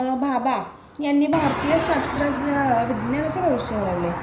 भाभा यांनी भारतीय शास्त्राचं विज्ञानाचे भविष्य घडवले आहे